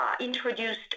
introduced